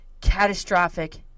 catastrophic